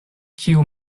kiu